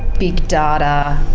big data,